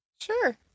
Sure